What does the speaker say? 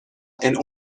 and